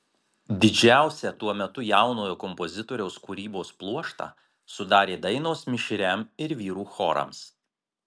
didžiausią tuo metu jaunojo kompozitoriaus kūrybos pluoštą sudarė dainos mišriam ir vyrų chorams